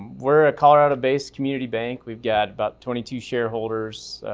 we're a colorado based community bank. we've got about twenty two shareholders,